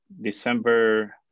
December